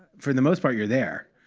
for the most part, you're there.